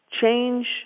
change